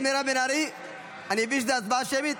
אני מבין שהאופוזיציה משכה את ההצבעה השמית,